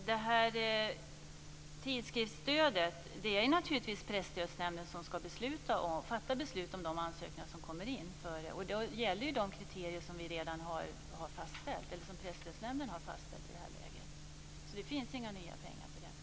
Herr talman! Det är naturligtvis Presstödsnämnden som ska fatta beslut om de ansökningar som kommer in om tidskriftsstöd. I detta läge gäller de kriterier som Presstödsnämnden redan har fastställt. Det finns inga nya pengar till det.